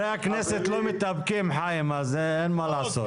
חברי הכנסת לא מתאפקים, חיים, אז אין מה לעשות.